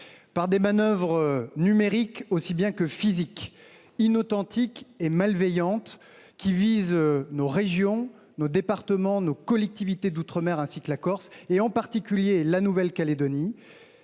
Par des manœuvres numériques aussi bien que physiques, inauthentiques et malveillantes, qui visent nos régions, nos départements, nos collectivités d’outre mer, et en particulier la Nouvelle Calédonie,